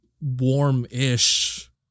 warm-ish